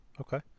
Okay